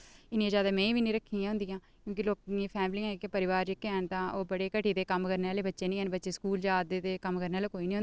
इन्नी जैदा मेंही बी नेईं रक्खी दी होंदियां की जे लोकें दियां फैमियां जेह्कियां हैन परिवार जेह्के हैन तां ओह् बड़े घट्टी दे कम्म करने आह्ले निं हैन ते बच्चे स्कूल जैदा दे ते कम्म करने आह्ला कोई नेईं होंदा ते